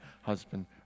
husband